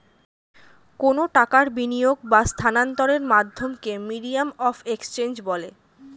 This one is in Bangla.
কোনো টাকার বিনিয়োগ বা স্থানান্তরের মাধ্যমকে মিডিয়াম অফ এক্সচেঞ্জ বলে